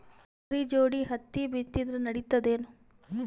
ತೊಗರಿ ಜೋಡಿ ಹತ್ತಿ ಬಿತ್ತಿದ್ರ ನಡಿತದೇನು?